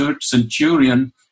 centurion